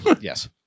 Yes